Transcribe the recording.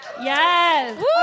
Yes